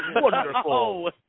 wonderful